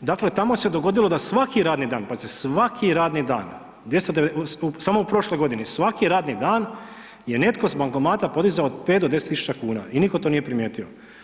dakle tamo se dogodilo da svaki radni dan, pazite svaki radni dan, samo u prošloj godini, svaki radni dan je netko sa bankomata podizao 5 do 10 000 kuna i nitko to nije primijetio.